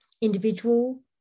individual